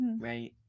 Right